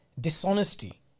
dishonesty